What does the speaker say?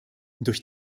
durch